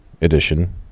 edition